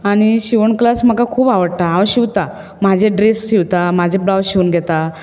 आनी शिंवण क्लास म्हाका खूब आवडटा हांव शिंवता म्हाजे ड्रॅस शिंवता म्हजे ब्लावज शिंवन घेता